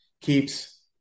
Keeps